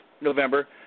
November